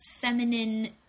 feminine